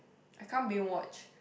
I can't binge watch